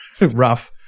rough